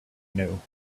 knew